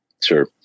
Sure